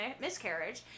miscarriage